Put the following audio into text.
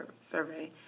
survey